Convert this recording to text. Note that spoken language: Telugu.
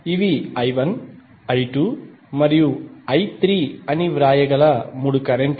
ఇవి I1 I2 మరియు I3 అని వ్రాయగల మూడు కరెంట్ లు